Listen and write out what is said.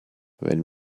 wenn